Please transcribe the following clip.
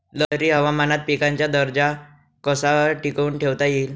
लहरी हवामानात पिकाचा दर्जा कसा टिकवून ठेवता येईल?